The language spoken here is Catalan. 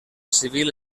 civil